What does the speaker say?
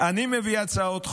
אני מביא הצעות חוק